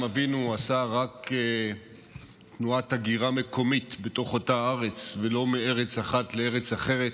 אבינו עשה רק תנועת הגירה מקומית בתוך אותה ארץ ולא מארץ אחת לארץ אחרת.